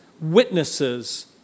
witnesses